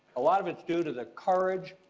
a lot of it's due to the courage,